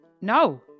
No